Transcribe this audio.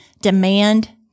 demand